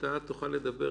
אני אשלח גם לדני,